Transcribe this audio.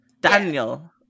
Daniel